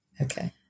Okay